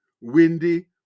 windy